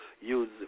use